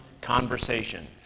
conversation